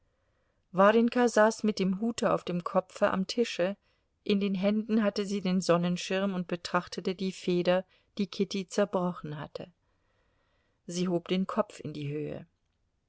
warjenka saß mit dem hute auf dem kopfe am tische in den händen hatte sie den sonnenschirm und betrachtete die feder die kitty zerbrochen hatte sie hob den kopf in die höhe